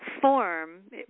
form